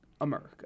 America